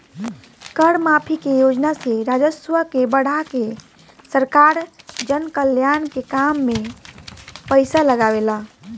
कर माफी के योजना से राजस्व के बढ़ा के सरकार जनकल्याण के काम में पईसा लागावेला